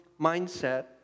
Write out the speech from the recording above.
mindset